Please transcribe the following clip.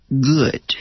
good